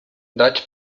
dodge